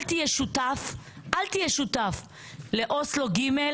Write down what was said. אל תהיה שותף לאוסלו ג',